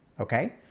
Okay